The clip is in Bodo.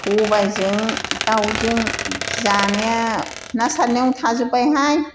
सबायजों दाउजों जानाया ना सारनायावनो थांजोबबायहाय